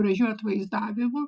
gražiu atvaizdavimu